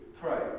pray